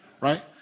Right